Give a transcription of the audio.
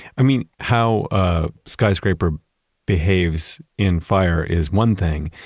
i mean, how a skyscraper behaves in fire is one thing,